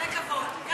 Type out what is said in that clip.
כל הכבוד.